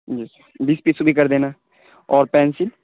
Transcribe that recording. جی بیس پیس وہ بھی کر دینا اور پینسل